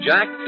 Jack